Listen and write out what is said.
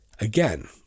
Again